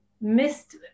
missed